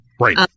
Right